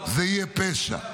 זה יהיה פשע.